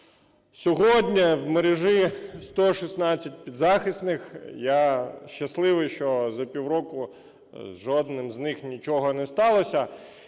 Сьогодні в мережі 116 підзахисних. Я щасливий, що за півроку з жодним з них нічого не сталося.